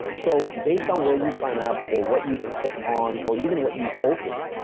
so, based on where you sign up or what you click on or even what you open,